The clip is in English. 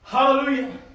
Hallelujah